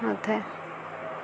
ନଥାଏ